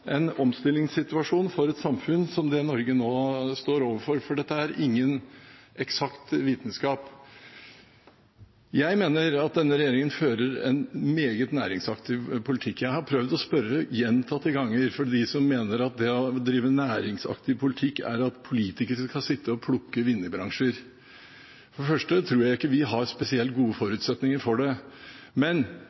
en omstillingssituasjon for et samfunn som det Norge nå står overfor, for dette er ingen eksakt vitenskap. Jeg mener at denne regjeringen fører en meget næringsaktiv politikk. Jeg har gjentatte ganger prøvd å spørre dem som mener at det å drive næringsaktiv politikk er at politikere skal sitte og plukke vinnerbransjer. For det første tror jeg ikke vi har spesielt gode forutsetninger for det, men